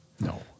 No